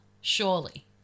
Surely